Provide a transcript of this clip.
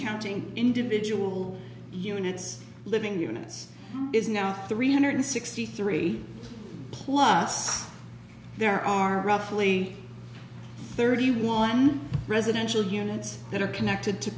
counting individual units living units is now three hundred sixty three plus there are roughly thirty one residential units that are connected to